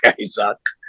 Isaac